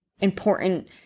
important